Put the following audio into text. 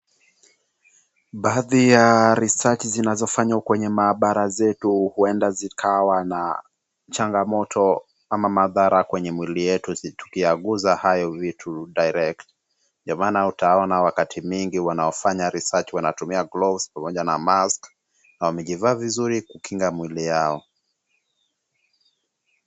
Baadhi ya research zinazofanywa kwenye maabara zetu huenda zikawa na changamoto ama madhara kwenye mwili yetu sisi tukiyaguza hayo vitu direct , ndio maana utaona wakati mingi wanaofanya research wanatumia gloves pamoja na masks , na wamejivaa vizuri kukinga mwili yao.